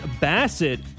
Bassett